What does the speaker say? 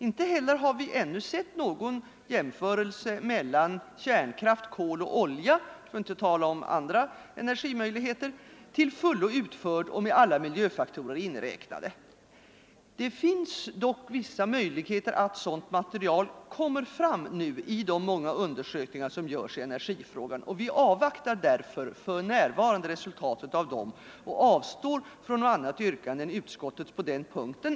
Inte heller har vi ännu sett någon jämförelse mellan kärnkraft, kol och olja för att inte tala om andra energimöjligheter till fullo utförd och med alla miljöfaktorer inräknade. Det finns dock möjligheter att sådant material kommer fram i de många undersökningar som nu görs i energifrågan. Vi avvaktar därför för närvarande resultatet av dem och avstår från något annat yrkande än utskottets på den punkten.